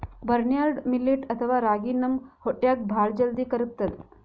barnyard millet ಅಥವಾ ರಾಗಿ ನಮ್ ಹೊಟ್ಟ್ಯಾಗ್ ಭಾಳ್ ಜಲ್ದಿ ಕರ್ಗತದ್